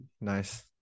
nice